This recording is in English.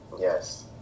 Yes